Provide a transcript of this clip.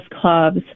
clubs